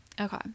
Okay